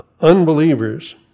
unbelievers